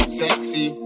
sexy